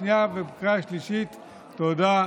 שלוש דקות,